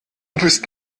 bist